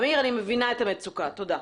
עמיר, אני מבינה את המצוקה, תודה.